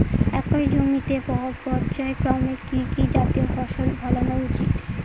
একই জমিতে পর্যায়ক্রমে কি কি জাতীয় ফসল ফলানো উচিৎ?